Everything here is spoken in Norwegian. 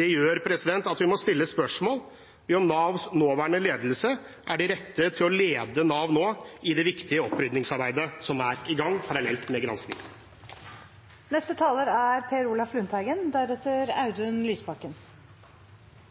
gjør at vi må stille spørsmål om Navs nåværende ledelse er de rette til å lede Nav i det viktige opprydningsarbeidet som er i gang parallelt med